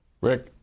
Rick